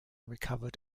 recovered